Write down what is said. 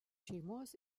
šeimos